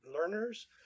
learners